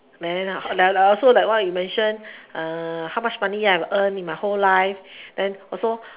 then then I'll I'll also like what you mention how much money I earn in my whole life then also